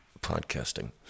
podcasting